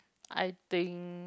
I think